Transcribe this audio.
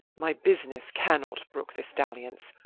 my business cannot brook this dalliance.